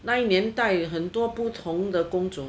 那一年代很多不同的工作